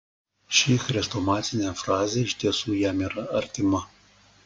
ši chrestomatinė frazė iš tiesų jam yra artima